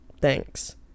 Thanks